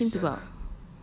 why did I ask him to go out